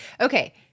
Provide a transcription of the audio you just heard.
okay